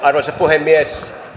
arvoisa puhemies